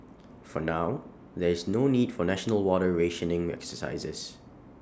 for now there is no need for national water rationing exercises